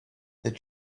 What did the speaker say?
did